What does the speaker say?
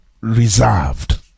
reserved